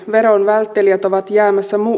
veron välttelijät ovat jäämässä